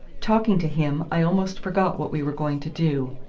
talking to him, i almost forgot what we were going to do.